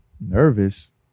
Nervous